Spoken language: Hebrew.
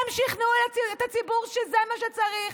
הם שכנעו את הציבור שזה מה שצריך.